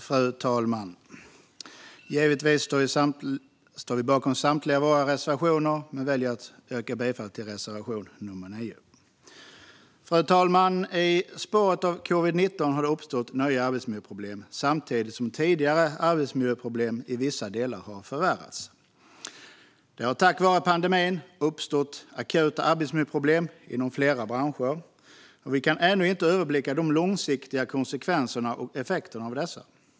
Fru talman! Vi står givetvis bakom samtliga våra reservationer men väljer att yrka bifall endast till reservation nummer 9. Fru talman! I spåren av covid-19 har det uppstått nya arbetsmiljöproblem samtidigt som tidigare arbetsmiljöproblem i vissa delar har förvärrats. Det har på grund av pandemin uppstått akuta arbetsmiljöproblem inom flera branscher, och vi kan ännu inte överblicka de långsiktiga konsekvenserna och effekterna av dessa.